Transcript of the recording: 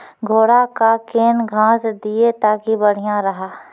घोड़ा का केन घास दिए ताकि बढ़िया रहा?